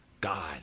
God